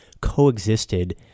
coexisted